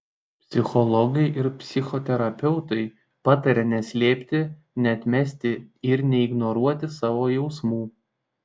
psichologai ir psichoterapeutai pataria neslėpti neatmesti ir neignoruoti savo jausmų